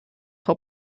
frau